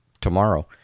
tomorrow